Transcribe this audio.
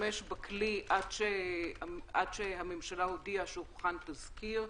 להשתמש בכלי עד שהממשלה הודיעה שהוכן תזכיר.